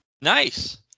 nice